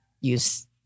use